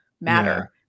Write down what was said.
matter